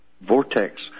vortex